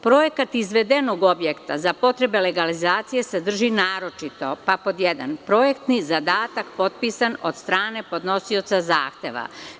Projekat izvedenog projekta za potrebe legalizacije sadrži naročito: 1. Projektni zadatak potpisan od strane podnosioca zahteva“